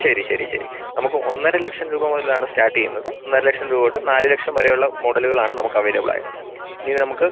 ശരി ശരി ശരി നമുക്ക് ഒന്നര ലക്ഷം രൂപ മുതലാണ് സ്റ്റാർട്ട് ചെയ്യുന്നത് ഒന്നര ലക്ഷം രൂപ തൊട്ട് നാല് ലക്ഷം വരെയുള്ള മോഡലുകളാണ് നമുക്ക് അവൈലബിൾ ഇനി നമുക്ക്